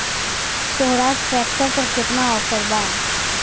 सोहराज tractor पर केतना offer बा?